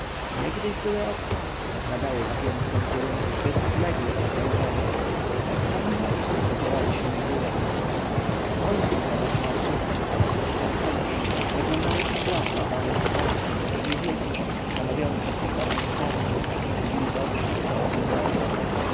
niegdyś byłe obcasy nadały napiętkom kierunek zbyt odległy od pionowego a tak zwane nosy zadzierały się w górę z końców owych nosów oraz z pod podeszew wyglądały źdźbła połamanej słomy czyli wiechcie stanowiące tu dla nogi tarczę przeciw wilgoci upałom i mrozom